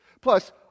Plus